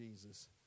Jesus